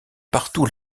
partout